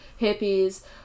hippies